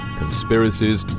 conspiracies